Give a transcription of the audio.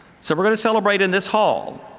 so we're going to celebrate in this hall.